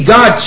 God